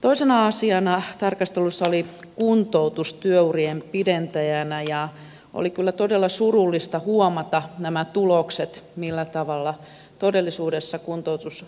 toisena asiana tarkastelussa oli kuntoutus työurien pidentäjänä ja oli kyllä todella surullista huomata nämä tulokset millä tavalla todellisuudessa kuntoutus